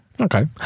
Okay